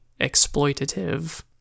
exploitative